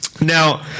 Now